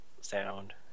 sound